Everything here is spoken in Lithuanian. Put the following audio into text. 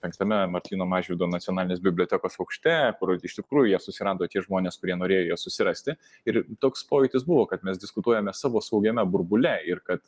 penktame martyno mažvydo nacionalinės bibliotekos aukšte kur iš tikrųjų ją susirado tie žmonės kurie norėjo ją susirasti ir toks pojūtis buvo kad mes diskutuojame savo saugiame burbule ir kad